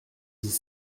dix